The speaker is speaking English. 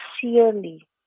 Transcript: sincerely